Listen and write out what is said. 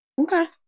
Okay